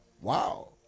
Wow